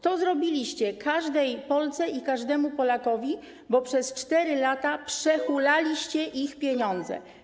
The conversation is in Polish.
To zrobiliście każdej Polce i każdemu Polakowi, bo przez 4 lata przehulaliście ich pieniądze.